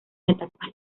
etapas